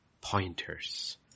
pointers